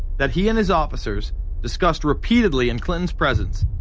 that he and his officers discussed repeatedly, in clinton's presence,